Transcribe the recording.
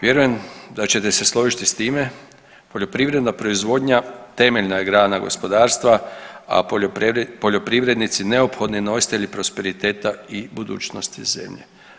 Vjerujem da ćete se složiti s time, poljoprivredna proizvodnja temeljna je grana gospodarstva, a poljoprivrednici neophodni nositelji prosperiteta i budućnosti zemlje.